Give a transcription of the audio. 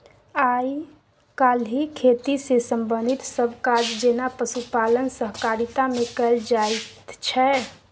आइ काल्हि खेती सँ संबंधित सब काज जेना पशुपालन सहकारिता मे कएल जाइत छै